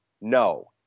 No